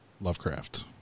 Lovecraft